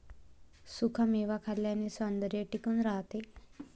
सुखा मेवा खाल्ल्याने सौंदर्य टिकून राहते